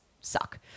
suck